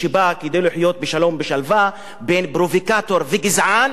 ובשלווה לבין פרובוקטור וגזען שבא להגיד,